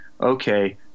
okay